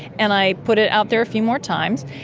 and i put it out there a few more times,